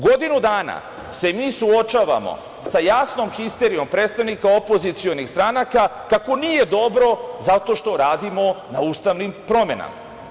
Godinu dana se mi suočavamo sa jasnom histerijom predstavnika opozicionih stranaka kako nije dobro zato što radimo na ustavnim promenama.